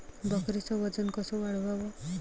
बकरीचं वजन कस वाढवाव?